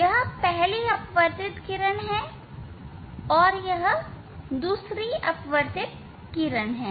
यह पहली अपवर्तित किरण है और यह दूसरी अपवर्तित किरण है